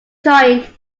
joint